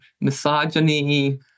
misogyny